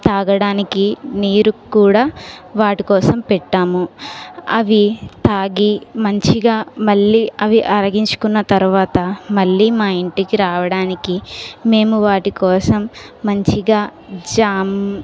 తాగడానికి నీరు కూడా వాటికోసం పెట్టాము అవి తాగి మంచిగా మళ్ళీ అవి అరిగించుకున్న తర్వాత మళ్ళీ మా ఇంటికి రావడానికి మేము వాటి కోసం మంచిగా జామ